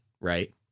right